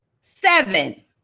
seven